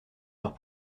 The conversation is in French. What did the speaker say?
leurs